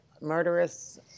murderous